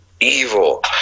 evil